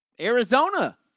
Arizona